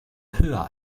höher